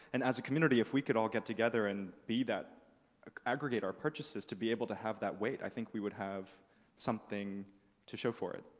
and as a community, if we could all get together and be that aggregate our purchases to be able to have that weight, i think we would have something to show for it.